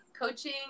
coaching